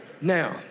Now